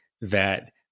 that-